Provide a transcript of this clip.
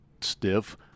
stiff